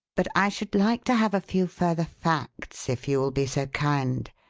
but i should like to have a few further facts, if you will be so kind.